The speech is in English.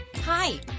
Hi